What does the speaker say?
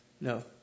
No